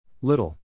Little